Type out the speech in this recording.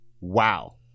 Wow